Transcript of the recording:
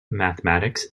mathematics